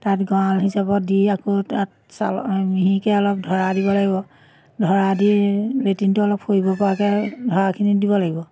তাত গঁৰাল হিচাপত দি আকৌ তাত চাল মিহিকৈ অলপ ঢৰা দিব লাগিব ঢৰা দি লেটিনটো অলপ সৰিব পৰাকৈ ঢৰাখিনি দিব লাগিব